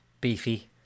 beefy